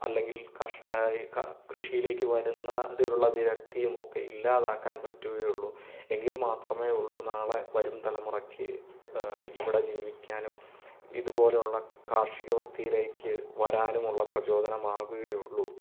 കർഷ കൃഷിയിലേക്ക് വരുന്നതിലുള്ള വിരക്തിയും ഒക്കെ ഇല്ലാതാക്കാൻ പറ്റുകയുള്ളൂ എങ്കിൽ മാത്രമേയുള്ളൂ നാളെ വരും തലമുറയ്ക്ക് ഇവിടെ ജീവിക്കാനും ഇതുപോലെയുള്ള കാർഷിക വൃത്തിയിലേക്ക് വരാനുമുള്ള പ്രചോദനമാകുകയുള്ളൂ